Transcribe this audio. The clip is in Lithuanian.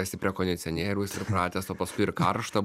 esi prie kondicionieriaus įpratęs o paskui ir karšta